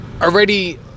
already